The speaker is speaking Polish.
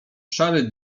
szary